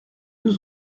deux